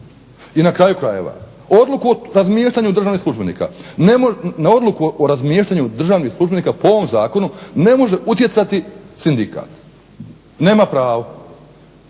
službenika. Na odluku o razmještanju državnih službenika po ovom zakonu ne može utjecati sindikat, nema pravo.